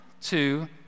two